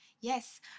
Yes